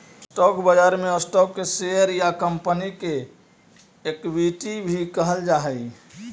stock बाजार में stock के शेयर या कंपनी के इक्विटी भी कहल जा हइ